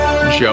Joe